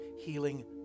healing